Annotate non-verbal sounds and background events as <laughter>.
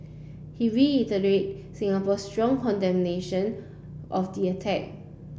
he <unintelligible> Singapore's strong condemnation of the attack